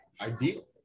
ideal